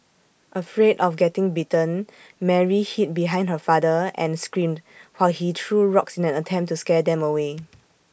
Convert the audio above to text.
afraid of getting bitten Mary hid behind her father and screamed while he threw rocks in an attempt to scare them away